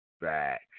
back